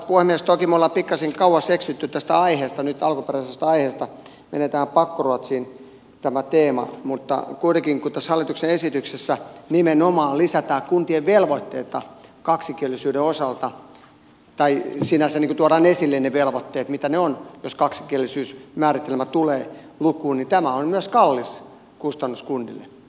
toki me olemme pikkasen kauas eksyneet tästä alkuperäisestä aiheesta nyt tämä teema menee tähän pakkoruotsiin mutta kuitenkin kun tuossa hallituksen esityksessä nimenomaan lisätään kuntien velvoitteita kaksikielisyyden osalta tai sinänsä tuodaan esille mitä ne velvoitteet ovat jos kaksikielisyysmääritelmä tulee lukuun niin tämä on myös kallis kustannus kunnille